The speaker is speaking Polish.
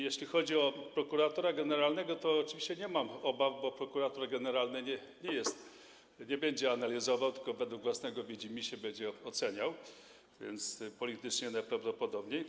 Jeśli chodzi o prokuratora generalnego, to oczywiście nie mam obaw, bo prokurator generalny nie będzie analizował, tylko według własnego widzimisię będzie oceniał, politycznie najprawdopodobniej.